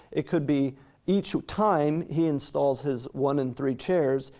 it could be each time he installs his one and three chairs,